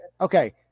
Okay